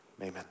amen